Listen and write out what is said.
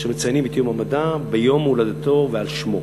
שמציינים את יום המדע ביום הולדתו ועל שמו.